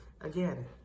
Again